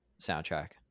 soundtrack